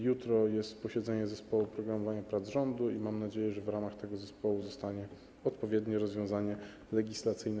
Jutro jest posiedzenie zespołu programowania prac rządu i mam nadzieję, że w ramach tego zespołu zostanie przyjęte odpowiednie rozwiązanie legislacyjne.